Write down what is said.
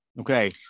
Okay